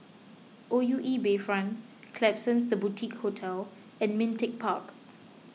O U E Bayfront Klapsons the Boutique Hotel and Ming Teck Park